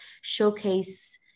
showcase